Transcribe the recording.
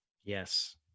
Yes